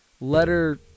letter